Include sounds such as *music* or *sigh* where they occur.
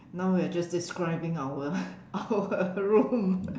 now we are just describing our *laughs* our room